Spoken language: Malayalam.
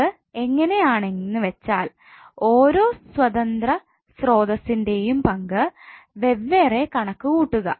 ഇത് എങ്ങനെ ആണെന്ന് വെച്ചാൽ ഓരോ സ്വതന്ത്ര സ്രോതസ്സിന്റെയും പങ്ക് വെവ്വേറെ കണക്കുകൂട്ടുക